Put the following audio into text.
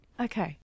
Okay